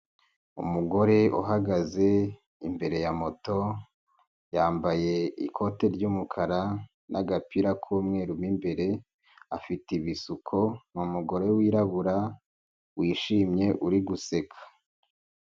Umugore uhagaze imbere ya moto yambaye ikote ry'umukara n'agapira k'umweru mo imbere afite ibisuko, ni umugore wirabura wishimye uri guseka.